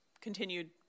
continued